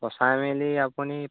পচাই মেলি আপুনি